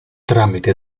tramite